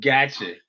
Gotcha